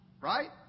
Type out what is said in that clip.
right